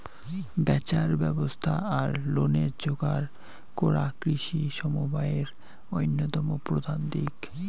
ব্যাচার ব্যবস্থা আর লোনের যোগার করা কৃষি সমবায়ের অইন্যতম প্রধান দিক